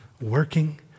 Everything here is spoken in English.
working